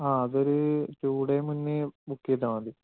ആ അതൊരു two day മുന്നേ ബുക്ക് ചെയ്താല് മതി